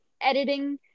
editing